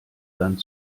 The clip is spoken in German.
land